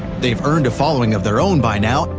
they've earned a following of their own by now,